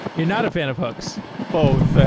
you're not a fan of hooks both.